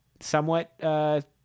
somewhat